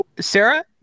Sarah